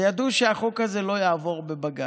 וידעו שהחוק הזה לא יעבור בבג"ץ.